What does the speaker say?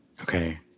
Okay